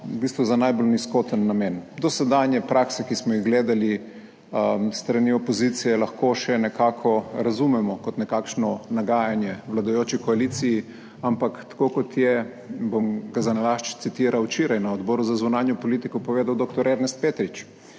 v bistvu za najbolj nizkoten namen. Dosedanje prakse, ki smo jih gledali s strani opozicije, lahko še nekako razumemo kot nekakšno nagajanje vladajoči koaliciji, ampak tako, kot je, bom zanalašč citiral, včeraj na Odboru za zunanjo politiko povedal dr. Ernest Petrič: